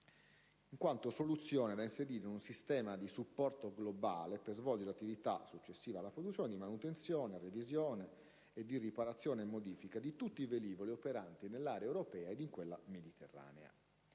in quanto soluzione da inserire in un sistema di supporto globale per svolgere attività successiva di manutenzione, revisione, riparazione e modifica di tutti i velivoli operanti nell'area europea e in quella mediterranea.